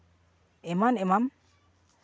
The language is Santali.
ᱮᱢᱟᱱ ᱮᱢᱟᱱ